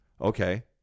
Okay